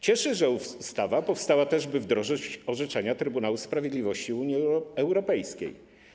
Cieszy, że ustawa powstała też po to, by wdrożyć orzeczenia Trybunału Sprawiedliwości Unii Europejskiej.